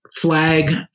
flag